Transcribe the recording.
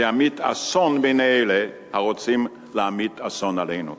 זה ימיט אסון בין אלה הרוצים להמיט אסון עלינו.